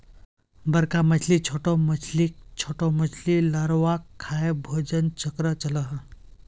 बड़का मछली छोटो मछलीक, छोटो मछली लार्वाक खाएं भोजन चक्रोक चलः